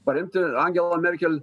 paremti angelą merkel